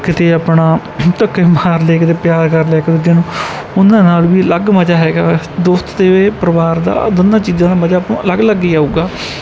ਕਿਤੇ ਆਪਣਾ ਧੱਕੇ ਮਾਰ ਲਏ ਕਿਤੇ ਪਿਆਰ ਕਰ ਲਿਆ ਇੱਕ ਦੂਜੇ ਨੂੰ ਉਹਨਾਂ ਨਾਲ ਵੀ ਅਲੱਗ ਮਜ਼ਾ ਹੈਗਾ ਵੈਸੇ ਦੋਸਤ ਅਤੇ ਪਰਿਵਾਰ ਦਾ ਦੋਨਾਂ ਚੀਜ਼ਾਂ ਦਾ ਮਜ਼ਾ ਆਪਾਂ ਨੂੰ ਅਲੱਗ ਅਲੱਗ ਹੀ ਆਊਗਾ